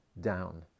down